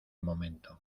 momento